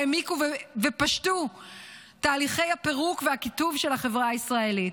העמיקו ופשטו תהליכי הפירוק והקיטוב של החברה הישראלית.